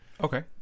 okay